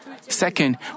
Second